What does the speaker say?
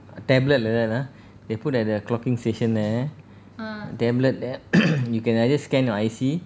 tablet like that uh they put at the clocking station there tablet app you can like just scan your I_C